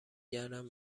گردن